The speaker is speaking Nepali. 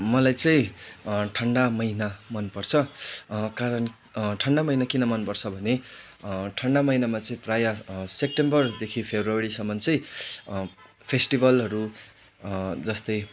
मलाई चाहिँ ठन्डा महिना मन पर्छ कारण ठन्डा महिना किन मन पर्छ भने ठन्डा महिनामा चाहिँ प्रायः सेप्टेम्बरदेखि फेब्रुअरीसम्म चाहिँ फेसटिभलहरू जस्तै